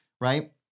right